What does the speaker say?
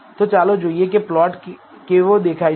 તો ચાલો જોઈએ કે પ્લોટ કેવો દેખાય છે